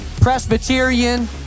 Presbyterian